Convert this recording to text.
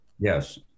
Yes